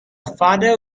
father